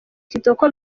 kitoko